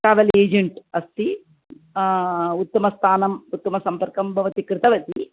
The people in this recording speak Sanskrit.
ट्रावेल् एजेण्ट् अस्ति उत्तमस्थानम् उत्तमसम्पर्कं भवती कृतवती